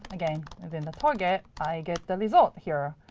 again, within the target, i get the result here,